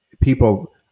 people